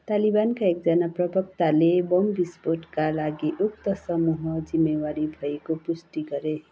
तालिबानका एकजना प्रवक्ताले बम विस्फोटका लागि उक्त समूह जिम्मेवारी भएको पुष्टि गरे